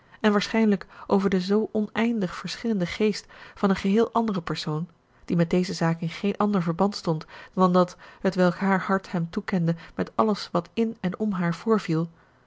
en waarschijnlijk over den zoo oneindig verschillenden geest van een geheel anderen persoon die met deze zaak in geen ander verband stond dan dat hetwelk haar hart hem toekende met alles wat in en om haar voorviel